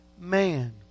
man